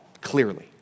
clearly